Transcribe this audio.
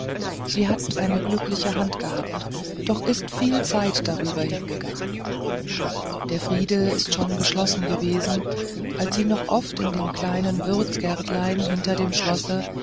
sie hat eine glückliche hand gehabt doch ist viel zeit darüber hingegangen der friede ist schon geschlossen gewesen als sie noch oft in dem kleinen würzgärtlein hinter dem schlosse